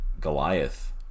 Goliath